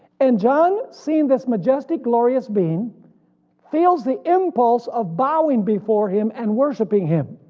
and john seen this majestic glorious being feels the impulse of bowing before him and worshiping him,